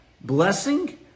blessing